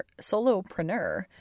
solopreneur